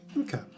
okay